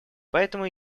поэтому